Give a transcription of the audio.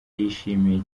yishimiye